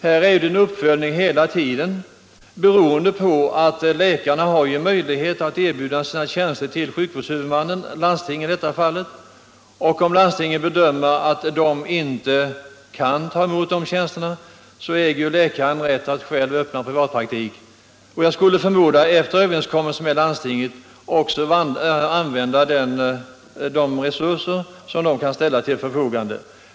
Här är en uppföljning hela tiden beroende på att läkarna har möjlighet att erbjuda sina tjänster till sjukvårdshuvudmannen, i detta fall landstinget, och om landstinget bedömer att det inte kan ta emot tjänsterna äger läkaren rätt att själv öppna privatpraktik. Jag skulle förmoda att läkaren efter överenskommelse med landstinget också kan använda de resurser som det har möjlighet att ställa till förfogande.